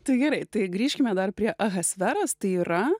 tai gerai tai grįžkime dar prie ahasferas tai yra